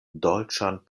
dolĉan